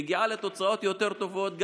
הייתה מגיעה לתוצאות יותר טובות,